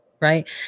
right